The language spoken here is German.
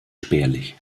spärlich